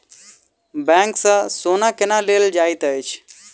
bank सँ सोना केना लेल जाइत अछि